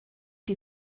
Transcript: die